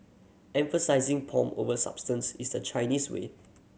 emphasising pomp over substance is the Chinese way